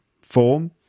form